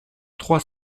trois